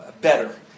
better